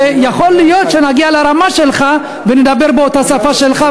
ויכול להיות שנגיע לרמה שלך ונדבר באותה שפה שלך,